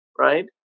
right